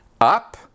up